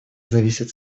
зависит